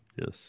Yes